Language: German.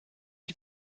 die